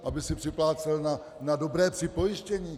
Aby si připlácel na dobré připojištění?